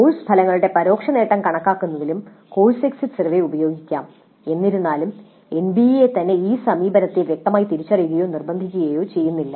course ഫലങ്ങളുടെ പരോക്ഷ നേട്ടം കണക്കാക്കുന്നതിലും കോഴ്സ് എക്സിറ്റ് സർവേ ഉപയോഗിക്കാം എന്നിരുന്നാലും എൻബിഎ തന്നെ ഈ സമീപനത്തെ വ്യക്തമായി തിരിച്ചറിയുകയോ നിർബന്ധിക്കുകയോ ചെയ്യുന്നില്ല